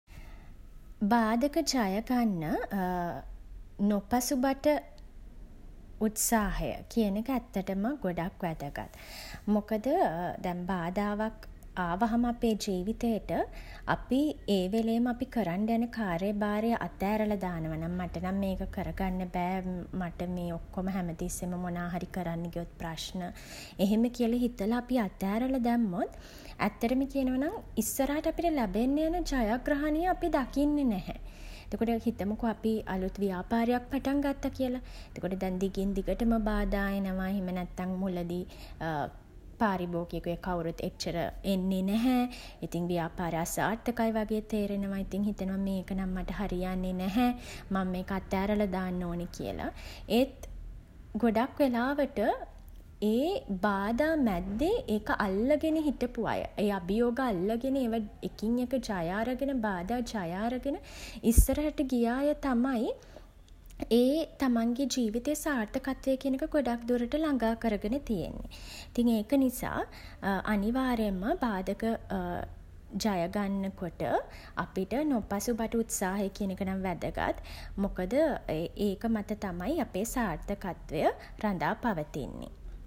බාධක ජය ගන්න නොපසුබට උත්සාහය කියන එක ඇත්තටම ගොඩක් වැදගත්. මොකද දැන් බාධාවක් ආවහම අපේ ජීවිතේට අපි ඒ වෙලේම අපි කරන්ඩ යන කාර්යභාරය අත ඇරලා දානවා නම් මට නම් මේක කරගන්න බෑ මට මේ ඔක්කොම හැම තිස්සෙම මොනා හරි කරන්න ගියොත් ප්‍රශ්න එහෙම කියල හිතල අපි අත ඇරල දැම්මොත් ඇත්තටම කියනවා නම් ඉස්සරහට අපිට ලැබෙන්න යන ජයග්‍රහණය අපි දකින්නේ නැහැ. හිතමුකො අපි අලුත් ව්‍යාපාරයක් පටන් ගත්ත කියලා. එතකොට දැන් දිගින් දිගටම බාධා එනවා. එහෙම නැත්නම් මුලදි පාරිභෝගිකයෝ කවුරුත් එච්චර එන්නේ නැහැ. ඉතින් ව්‍යාපාරය අසාර්ථකයි වගේ තේරෙනවා. ඉතින් හිතනවා මේක නම් මට හරි යන්නේ නැහැ. මං මේක අත ඇරලා දාන්න ඕනේ කියල. ඒත් ගොඩක් වෙලාවට ඒ බාධා මැද්දේ ඒක අල්ලගෙන හිටපු අය ඒ අභියෝග අල්ලගෙන ඒව එකින් එක ජය අරගෙන බාධා ජය අරගෙන ඉස්සරහට ගිය අය තමයි ඒ තමන්ගේ ජීවිතේ සාර්ථකත්වය කියන එක ගොඩක් දුරට ළඟා කරගෙන තියෙන්නේ. ඉතින් ඒක නිසා අනිවාර්යෙන්ම බාධක ජය ගන්නකොට අපිට නොපසුබට උත්සාහය කියන එක නම් වැදගත්. මොකද ඒක මත තමයි අපේ සාර්ථකත්වය රඳා පවතින්නේ.